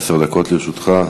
עשר דקות לרשותך.